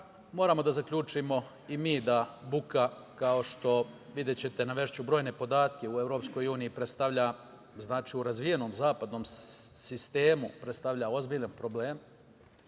Moramo da zaključimo i mi da buka kao što, videćete navešću brojne podatke u EU, u razvijenom zapadnom sistemu predstavlja ozbiljne probleme.